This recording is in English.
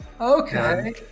Okay